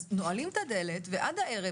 אז נועלים את הדלת ועד הערב,